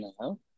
now